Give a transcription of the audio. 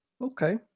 Okay